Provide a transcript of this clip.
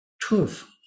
truth